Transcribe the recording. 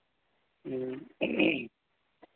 ह्म्म